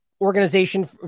Organization